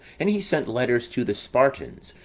and he sent letters to the spartans,